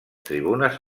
tribunes